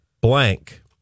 blank